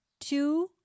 two